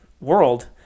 world